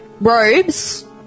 robes